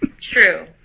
True